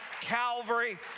Calvary